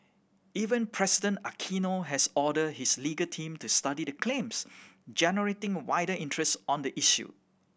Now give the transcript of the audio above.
Even President Aquino has ordered his legal team to study the claims generating wider interest on the issue